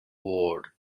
word